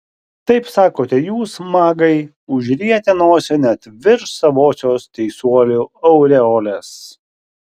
taip sakote jūs magai užrietę nosį net virš savosios teisuolių aureolės